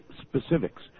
specifics